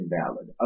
invalid